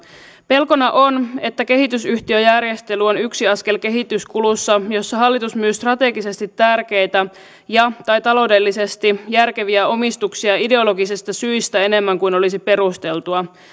pelkona on että kehitysyhtiöjärjestely on yksi askel kehityskulussa jossa hallitus myy strategisesti tärkeitä ja tai taloudellisesti järkeviä omistuksia ideologisista syistä enemmän kuin olisi perusteltua